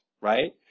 right